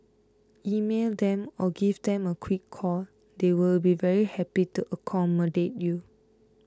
email them or give them a quick call they will be very happy to accommodate you